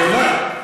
את עונה.